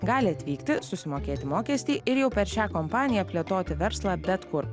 gali atvykti susimokėti mokestį ir jau per šią kompaniją plėtoti verslą bet kur